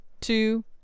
two